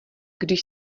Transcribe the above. když